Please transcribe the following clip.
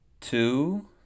Two